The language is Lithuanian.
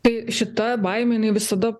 tai šita baimė jinai visada